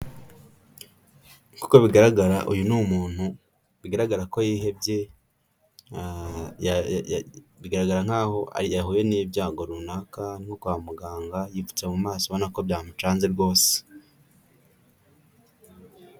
Kuko bigaragara uyu ni umuntu bigaragara ko yihebye bigaragara nkaho yahuye n'ibyago runaka no kwa muganga yipfutse mu maso ubona ko byamucanze rwose.